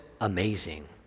amazing